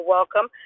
Welcome